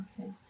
okay